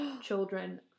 children